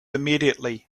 immediately